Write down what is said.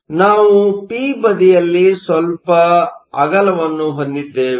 ಆದ್ದರಿಂದ ನಾವು ಪಿ ಬದಿಯಲ್ಲಿ ಸ್ವಲ್ಪ ಅಗಲವನ್ನು ಹೊಂದಿದ್ದೇವೆ